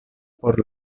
por